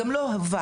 גם לא ו',